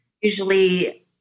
Usually